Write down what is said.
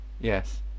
Yes